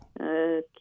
Okay